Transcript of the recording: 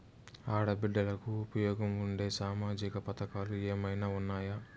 ఆడ బిడ్డలకు ఉపయోగం ఉండే సామాజిక పథకాలు ఏమైనా ఉన్నాయా?